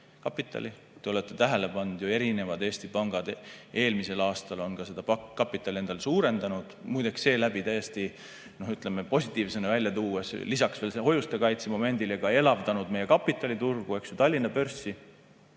lisakapitali. Te olete tähele pannud ju, et erinevad Eesti pangad eelmisel aastal ka seda kapitali endal suurendasid, muideks seeläbi täiesti positiivsena välja tuues lisaks veel hoiuste kaitse momendile ka elavdanud meie kapitaliturgu, Tallinna börsi.